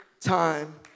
time